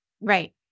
right